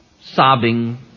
Sobbing